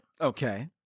Okay